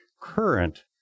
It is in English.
current